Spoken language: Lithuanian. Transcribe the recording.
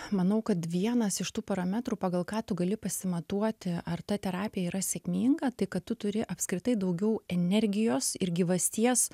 manau kad vienas iš tų parametrų pagal ką tu gali pasimatuoti ar ta terapija yra sėkminga tai kad tu turi apskritai daugiau energijos ir gyvasties